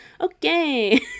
Okay